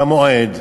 במועד,